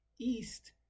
east